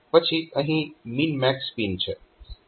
પછી અહીં MNMX pin છે